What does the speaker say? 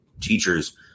Teachers